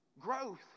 Growth